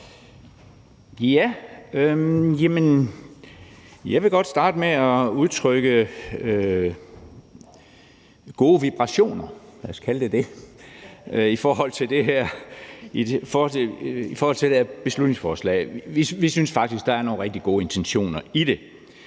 Jeg vil godt starte med at udtrykke gode vibrationer, lad os kalde det det, i forhold til det her beslutningsforslag. Vi synes faktisk, at der er nogle rigtig gode intentioner i det,